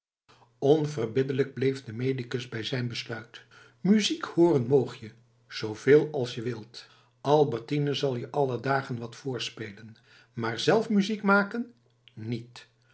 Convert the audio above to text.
onverbiddelijk bleef de medicus bij zijn besluit muziek hooren moog je zooveel als je wilt albertine zal je alle dagen wat voorspelen maar zelf muziek maken niet